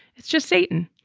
it's just satan.